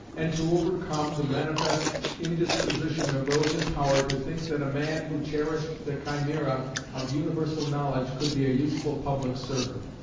and to overcome the manifest indisposition of those in power to think that a man who cherished the chimera of universal knowledge could be a useful public servant.